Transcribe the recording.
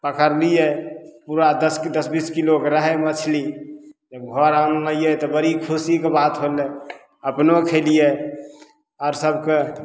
पकड़लियै पूरा दस दस बीस किलोके रहय मछली फेर घर अनलियै तऽ बड़ी खुशीके बात होलय अपनो खेलियै आर सबके